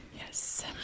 Yes